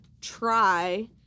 try